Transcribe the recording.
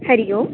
हरिः ओम्